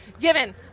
Given